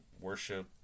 worship